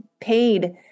paid